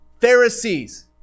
Pharisees